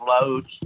loads